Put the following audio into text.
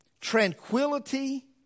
tranquility